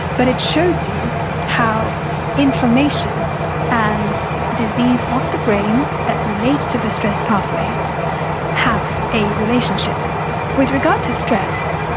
but it shows you how inflammation and disease of the brain that relate to the stress pathways have a relationship with regard to stress,